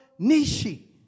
Nishi